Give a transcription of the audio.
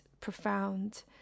profound